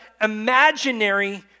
imaginary